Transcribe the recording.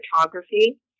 photography